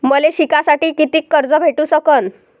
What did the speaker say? मले शिकासाठी कितीक कर्ज भेटू सकन?